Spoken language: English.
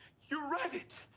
you read it.